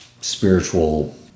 spiritual